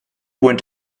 went